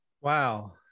Wow